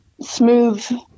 smooth